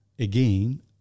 again